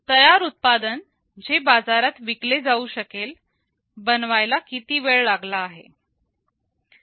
तयार उत्पादन जे बाजारात विकले जाऊ शकेल बनवायला किती वेळ लागला आहे